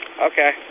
Okay